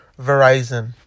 Verizon